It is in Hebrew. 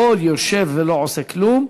יכול יושב ולא עושה כלום.